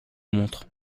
montre